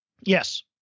Yes